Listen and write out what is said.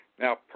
Now